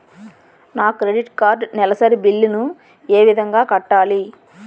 నా credit card నెలసరి bill ని ఏ విధంగా కట్టాలి?